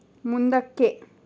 ಮುಂದಕ್ಕೆ